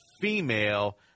Female